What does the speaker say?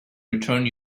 return